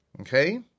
Okay